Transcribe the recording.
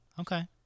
Okay